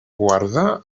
guarda